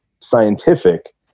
scientific